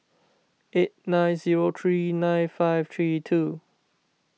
eight nine zero three nine five three two